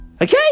Okay